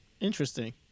Interesting